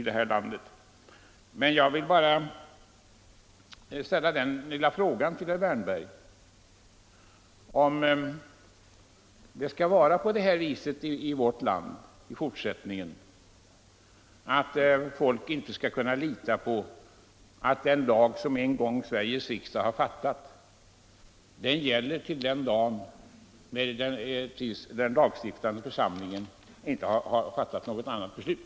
Men sedan vill jag ställa den frågan till herr Wärnberg: Skall det vara så i fortsättningen här i landet att människor inte skall kunna lita på att den lag som Sveriges riksdag en gång har antagit gäller så länge som den lagstiftande församlingen inte har fattat beslut om något annat?